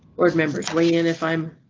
board members weigh in if i'm.